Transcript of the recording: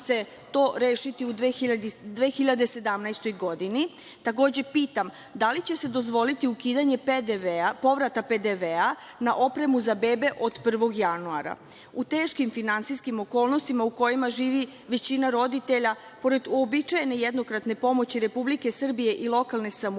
se to rešiti u 2017. godini. Takođe, pitam – da li će se dozvoliti ukidanje PDV-a, povrata PDV-a na opremu za bebe od 1. januara? U teškim finansijskim okolnostima u kojima živi većina roditelja, pored uobičajene jednokratne pomoći Republike Srbije i lokalne samouprave,